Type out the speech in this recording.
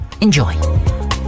Enjoy